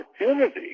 opportunity